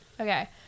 okay